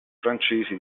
francesi